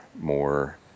more